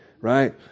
right